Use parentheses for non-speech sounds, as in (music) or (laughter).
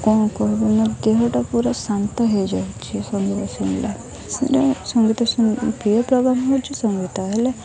କ'ଣ କହିବି ମୋ ଦେହଟା ପୁରା ଶାନ୍ତ ହେଇଯାଉଛିି ସଙ୍ଗୀତ ଶୁଣିଲା ସେଇଟା ସଙ୍ଗୀତ (unintelligible) ପ୍ରିୟ ପ୍ରୋଗ୍ରାମ୍ ହେଉଛି ସଙ୍ଗୀତ ହେଲେ